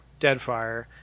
Deadfire